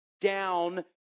down